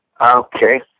Okay